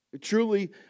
truly